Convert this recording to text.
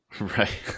Right